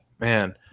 man